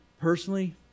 Personally